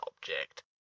object